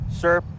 Sir